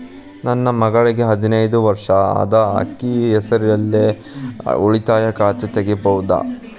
ನನ್ನ ಮಗಳಿಗೆ ಹದಿನೈದು ವರ್ಷ ಅದ ಅಕ್ಕಿ ಹೆಸರಲ್ಲೇ ಉಳಿತಾಯ ಖಾತೆ ತೆಗೆಯಬಹುದಾ?